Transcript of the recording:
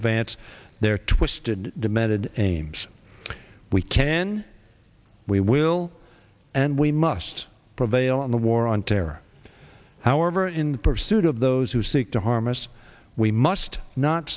advance their twisted demented aims we can we will and we must prevail in the war on terror however in the pursuit of those who seek to harm us we must not